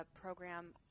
Program